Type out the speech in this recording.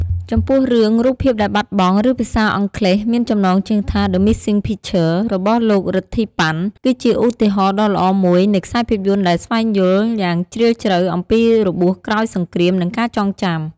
ចំពោះរឿង "រូបភាពដែលបាត់បង់" ឬភាសាអង់គ្លេសមានចំណងជើងថា The Missing Picture របស់លោក រិទ្ធី ប៉ាន់ គឺជាឧទាហរណ៍ដ៏ល្អមួយនៃខ្សែភាពយន្តដែលស្វែងយល់យ៉ាងជ្រាលជ្រៅអំពីរបួសក្រោយសង្គ្រាម និងការចងចាំ ។